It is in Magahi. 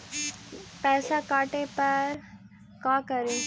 पैसा काटे पर का करि?